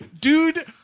Dude